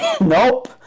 Nope